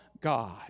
God